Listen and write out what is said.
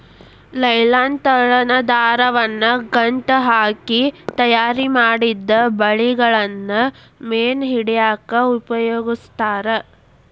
nylon ನ ತೆಳ್ಳನ ದಾರವನ್ನ ಗಂಟ ಹಾಕಿ ತಯಾರಿಮಾಡಿದ ಬಲಿಗಳನ್ನ ಮೇನ್ ಹಿಡ್ಯಾಕ್ ಉಪಯೋಗಸ್ತಾರ